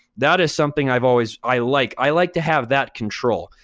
that is something i've always, i like. i like to have that control.